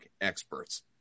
experts